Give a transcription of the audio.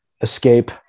escape